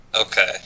Okay